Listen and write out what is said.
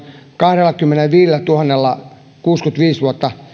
kahdellakymmenelläviidellätuhannella kuusikymmentäviisi vuotta